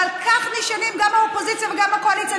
ועל כך נשענים גם באופוזיציה וגם בקואליציה.